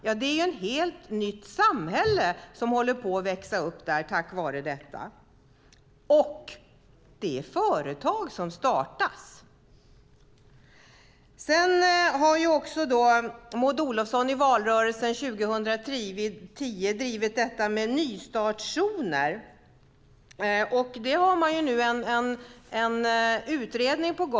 Jo, ett helt nytt samhälle håller på att växa upp där tack vare detta. Och företag startas. I valrörelsen 2010 drev Maud Olofsson frågan om nystartszoner.